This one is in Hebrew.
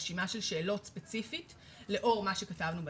רשימת שאלות ספציפית לאור מה שכתבנו בדו"ח,